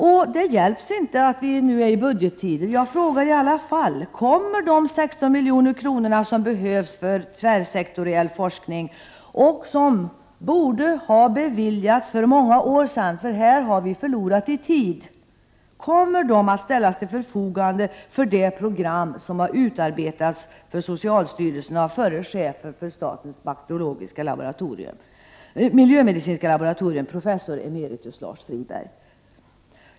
Det kan inte hjälpas att vi nu är inne i budgettider — jag frågar i alla fall: Kommer de 16 milj.kr. som behövs för tvärsektoriell forskning och som borde ha beviljats för många år sedan — här har vi förlorat i tid — att ställas till förfogande för det program som har utarbetats för socialstyrelsen av förre chefen för statens miljömedicinska laboratorium, professor emeritus Lars Friberg?